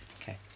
okay